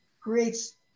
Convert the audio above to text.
creates